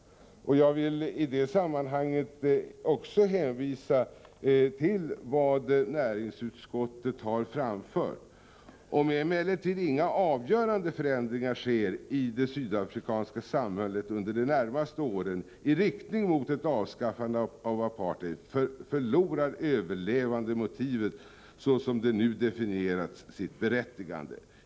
Också i det sammanhanget vill jag hänvisa till vad näringsutskottet har framfört. Näringsutskottet säger följande: ”Om emellertid inga avgörande förändringar sker i det sydafrikanska samhället under de närmaste åren i riktning mot ett avskaffande av apartheid förlorar överlevnadsmotivet, så som det nu har definierats, sitt berättigande.